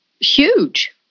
huge